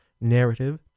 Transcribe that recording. narrative